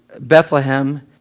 Bethlehem